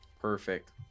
Perfect